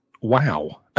wow